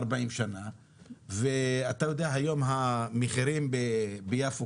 40 שנה ואתה יודע היום המחירים ביפו,